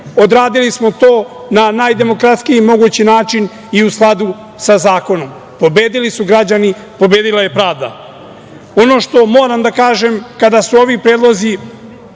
odradili smo to na najdemokratskiji mogući način i u skladu sa zakonom. Pobeli su građani, pobedila je pravda. Ono što moram da kažem kada su ovi predlozi